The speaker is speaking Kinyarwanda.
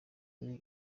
kuri